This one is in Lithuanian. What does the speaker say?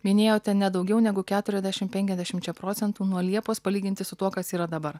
minėjote ne daugiau negu keturiasdešim penkiasdešimčia procentų nuo liepos palyginti su tuo kas yra dabar